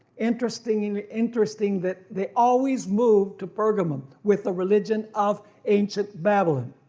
interesting and interesting that they always move to pergamum with the religion of ancient babylon.